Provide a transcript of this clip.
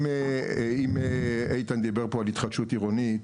אם איתן דיבר כאן על התחדשות עירונית,